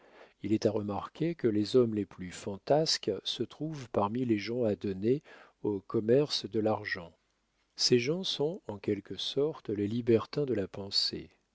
il est à remarquer que les hommes les plus fantasques se trouvent parmi les gens adonnés au commerce de l'argent ces gens sont en quelque sorte les libertins de la pensée